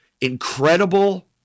incredible